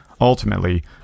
Ultimately